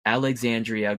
alexandria